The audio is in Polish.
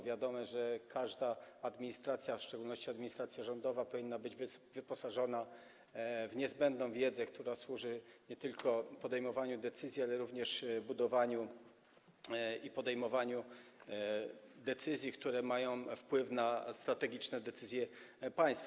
Wiadomo, że każda administracja, w szczególności administracja rządowa, powinna być wyposażona w niezbędną wiedzę, która służy nie tylko podejmowaniu decyzji, ale również budowaniu i podejmowaniu decyzji, które mają wpływ na strategiczne decyzje państwa.